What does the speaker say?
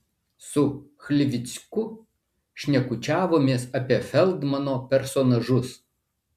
su chlivicku šnekučiavomės apie feldmano personažus